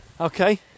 Okay